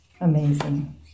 amazing